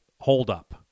holdup